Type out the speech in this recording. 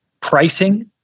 pricing